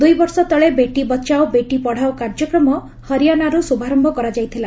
ଦୂଇ ବର୍ଷ ତଳେ ବେଟି ବଚାଓ ବେଟି ପଢ଼ାଓ କାର୍ଯ୍ୟକ୍ରମ ହରିଆନାରୁ ଶୁଭାରମ୍ଭ କରାଯାଇଥିଲା